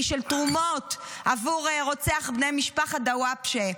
של תרומות עבור רוצח בני משפחה דוואבשה?